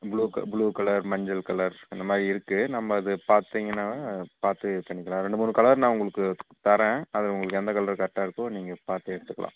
blue க blue colour மஞ்சள் colour அந்த மாதிரி இருக்குது நம்ம அது பார்த்தீங்கன்னாவே அது பார்த்து இது பண்ணிக்கலாம் ரெண்டு மூணு கலர் நான் உங்களுக்கு தரேன் அதில் உங்களுக்கு எந்த கலர் கரெக்டாக இருக்கோ நீங்கள் பார்த்து எடுத்துக்கலாம்